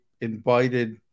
invited